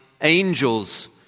angels